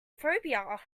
phobia